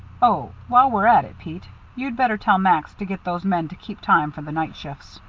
oh, while we're at it, pete you'd better tell max to get those men to keep time for the night shifts.